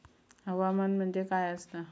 हवामान म्हणजे काय असता?